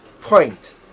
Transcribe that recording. point